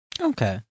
Okay